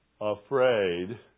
afraid